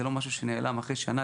זה לא משהו שנעלם אחרי שנה.